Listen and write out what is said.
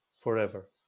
forever